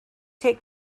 take